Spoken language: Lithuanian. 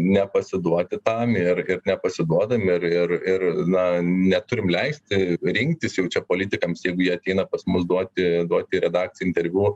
nepasiduoti tam ir ir nepasiduodam ir ir ir na neturim leisti rinktis jau čia politikams jeigu jie ateina pas mus duoti duoti redakcijai interviu